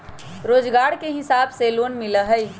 रोजगार के हिसाब से लोन मिलहई?